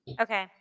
Okay